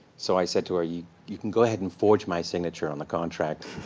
so i said to her, you you can go ahead and forge my signature on the contract,